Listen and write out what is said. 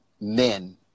men